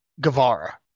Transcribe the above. Guevara